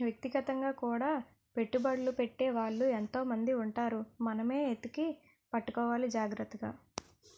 వ్యక్తిగతంగా కూడా పెట్టుబడ్లు పెట్టే వాళ్ళు ఎంతో మంది ఉంటారు మనమే ఎతికి పట్టుకోవాలి జాగ్రత్తగా